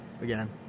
again